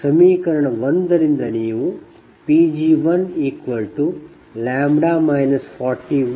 ಸಮೀಕರಣ 1 ರಿಂದ ನೀವುPg1λ 410